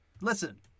listen